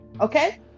Okay